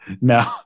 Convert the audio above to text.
No